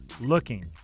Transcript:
looking